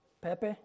Pepe